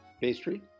pastry